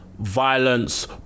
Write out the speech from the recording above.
violence